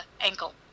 ankle